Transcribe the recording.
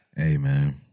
Amen